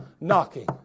knocking